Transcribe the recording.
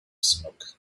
smoke